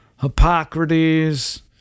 Hippocrates